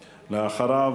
ואחריו,